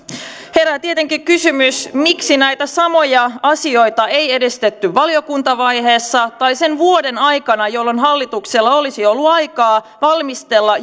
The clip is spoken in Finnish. herää tietenkin kysymys miksi näitä samoja asioita ei edistetty valiokuntavaiheessa tai sen vuoden aikana jolloin hallituksella olisi ollut aikaa valmistella